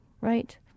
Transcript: right